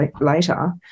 later